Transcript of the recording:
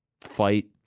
fight